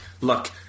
look